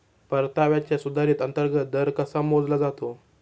परताव्याचा सुधारित अंतर्गत दर कसा मोजला जातो?